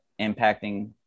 impacting